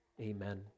amen